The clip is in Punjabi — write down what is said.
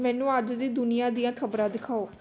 ਮੈਨੂੰ ਅੱਜ ਦੀ ਦੁਨੀਆ ਦੀਆਂ ਖਬਰਾਂ ਦਿਖਾਓ